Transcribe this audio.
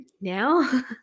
now